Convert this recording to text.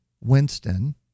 Winston